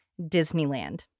Disneyland